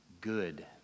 good